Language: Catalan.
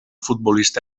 futbolista